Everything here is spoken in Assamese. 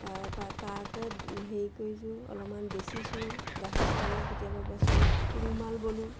তাৰপৰা তাকে হেৰি কৰিছোঁ অলপমান বেচিছোঁ গ্ৰাহক পালে কেতিয়াবা বেচোঁ ৰুমাল বলোঁ